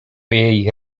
jej